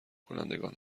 کنندگان